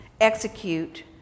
execute